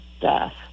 death